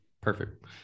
perfect